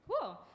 Cool